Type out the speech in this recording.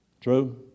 True